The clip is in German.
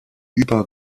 über